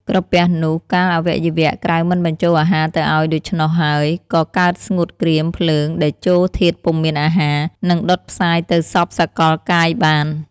ក្រពះនោះ កាលអវយវៈ ក្រៅមិនបញ្ចូលអាហារទៅឲ្យដូច្នោះហើយ ក៏កើតស្ងួតក្រៀម ភ្លើង តេជោធាតុពុំមានអាហារ នឹងដុតផ្សាយទៅសព្វសកលកាយបាន។